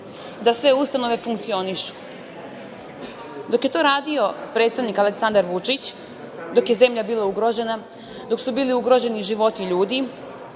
da sve ustanove funkcionišu. Dok je to radio predsednik Aleksandar Vučić, dok je zemlja bila ugrožena, dok su bili ugroženi životi ljudi,